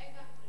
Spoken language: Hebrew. סעיף 1 נתקבל.